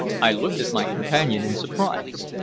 i looked at my companion in surprise.